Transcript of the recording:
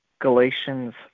Galatians